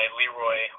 Leroy